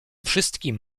wszystkim